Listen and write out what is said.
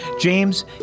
James